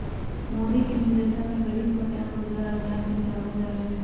मोदी के निर्देशन में गरीब कल्याण रोजगार अभियान के चलावल जा रहले है